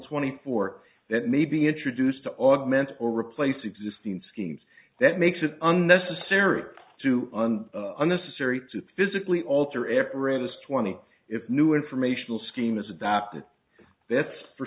twenty four that may be introduced to augment or replace existing schemes that makes it unnecessary to unnecessary to physically alter everest twenty if new informational scheme is adopted that's for